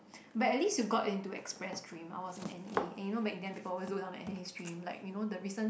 but at least you got into express three I was in N_A and you know back then I always go down to an extreme like you know the recent